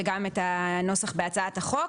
וגם את הנוסח בהצעת החוק,